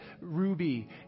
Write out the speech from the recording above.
Ruby